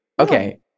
okay